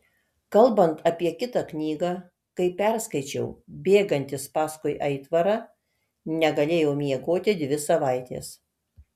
kalbant apie kitą knygą kai perskaičiau bėgantis paskui aitvarą negalėjau miegoti dvi savaitės